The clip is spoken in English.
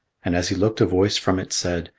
and as he looked, a voice from it said,